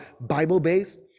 Bible-based